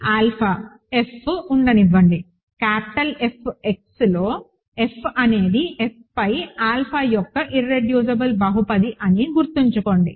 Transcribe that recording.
కాబట్టి alpha F ఉండనివ్వండి capital F xలో F అనేది F పై ఆల్ఫా యొక్క ఇర్రెడ్యూసిబుల్ బహుపది అని గుర్తుంచుకోండి